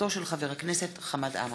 הצעתו של חבר הכנסת חמד עמאר.